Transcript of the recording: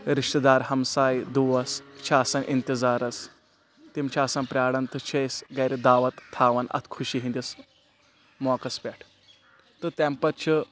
رِشتہٕ دار ہمساے دوس چھِ آسان انتظارَس تِم چھِ آسان پرٛاران تہٕ چھِ أسۍ گَرِ دعوت تھاوان اَتھ خُوشی ہِنٛدِس موقَعس پٮ۪ٹھ تہٕ تَمہِ پَتہٕ چھِ